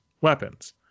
weapons